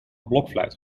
blokfluit